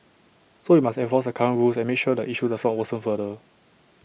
so we must enforce the current rules and make sure the issue does not worsen further